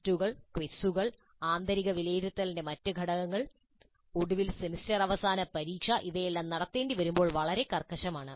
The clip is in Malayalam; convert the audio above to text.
ടെസ്റ്റുകൾ ക്വിസുകൾ ആന്തരിക വിലയിരുത്തലിന്റെ മറ്റ് ഘടകങ്ങൾ ഒടുവിൽ സെമസ്റ്റർ അവസാനപരീക്ഷ ഇവയെല്ലാം നടത്തേണ്ടിവരുമ്പോൾ വളരെ കർക്കശമാണ്